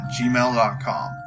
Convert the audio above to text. gmail.com